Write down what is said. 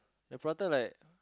the prata like